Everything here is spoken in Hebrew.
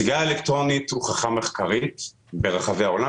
סיגריה אלקטרונית הוכחה מחקרית ברחבי העולם